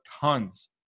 tons